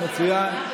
מצוין.